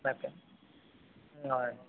okay అవునండి